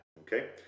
Okay